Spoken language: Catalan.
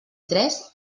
tres